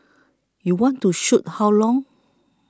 you want to shoot how long